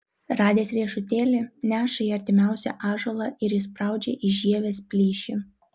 radęs riešutėlį neša į artimiausią ąžuolą ir įspraudžia į žievės plyšį